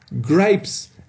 Grapes